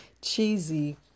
cheesy